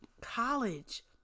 college